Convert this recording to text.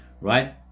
Right